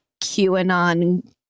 QAnon